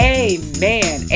amen